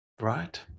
Right